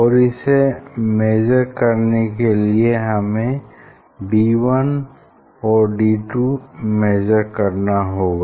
और इसे मेजर करने के लिए हमें डी वन और डी टू मेजर करना होगा